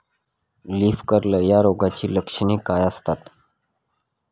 Leaf curl या रोगाची लक्षणे काय असतात?